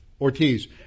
Ortiz